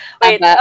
wait